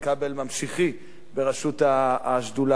ממשיכי ברשות השדולה הזאת,